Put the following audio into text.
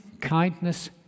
kindness